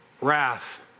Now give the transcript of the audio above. wrath